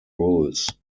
rules